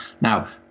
now